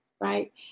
right